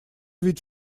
ведь